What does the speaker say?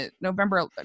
November